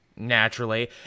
naturally